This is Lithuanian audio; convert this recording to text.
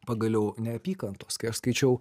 pagaliau neapykantos kai aš skaičiau